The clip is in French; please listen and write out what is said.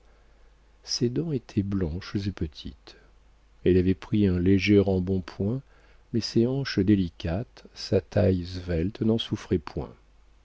ses dents étaient blanches et petites elle avait pris un léger embonpoint mais ses hanches délicates sa taille svelte n'en souffraient point